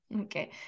Okay